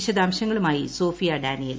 വിശദാംശങ്ങളുമായി Sophia Daniel